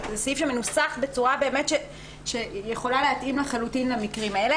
זה סעיף שמנוסח בצורה שבאמת יכולה להתאים לחלוטין למקרים האלה.